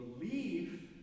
believe